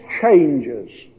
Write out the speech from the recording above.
changes